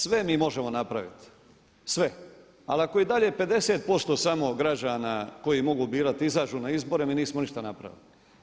Sve mi možemo napraviti, sve ali ako je i dalje 50% samo građana koji mogu birati izađu na izbore mi nismo ništa napravili.